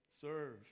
Serve